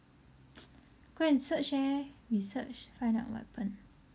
go and search leh research find out what happen